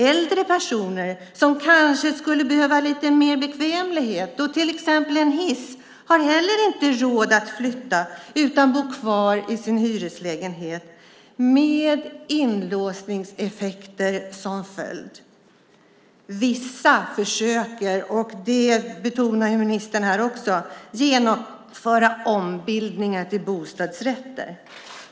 Äldre personer som kanske skulle behöva lite mer bekvämlighet och till exempel en hiss har inte råd att flytta utan bor kvar i sin hyreslägenhet, med inlåsningseffekter som följd. Vissa försöker, som ministern här betonat, genomföra ombildningar till bostadsrätter.